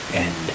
end